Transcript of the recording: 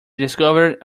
discovered